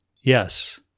Yes